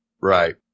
Right